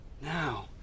now